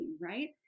right